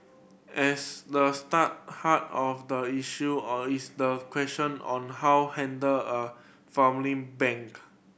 as the start heart of the issue or is the question on how handle a family bank